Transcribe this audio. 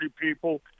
people